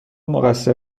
مقصر